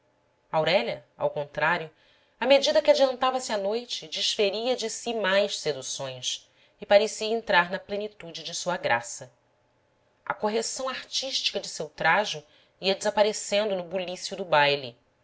aurélia ao contário à medida que adiantava-se a noite desferia de si mais seduções e parecia entrar na plenitude de sua graça a correção artística de seu trajo ia desaparecendo no bulício do baile